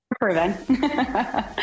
proven